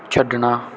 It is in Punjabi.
ਛੱਡਣਾ